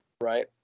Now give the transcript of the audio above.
Right